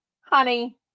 honey